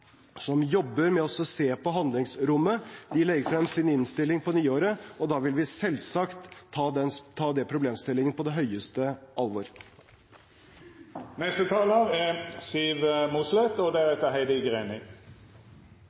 som jobber med å se på handlingsrommet. De legger frem sin innstilling på nyåret, og da vil vi selvsagt ta den problemstillingen på det